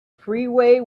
freeway